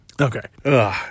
okay